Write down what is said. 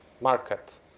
market